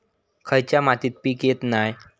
खयच्या मातीत पीक येत नाय?